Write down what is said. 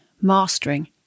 mastering